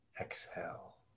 exhale